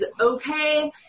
okay